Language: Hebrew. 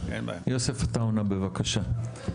יוסף עטאונה בבקשה.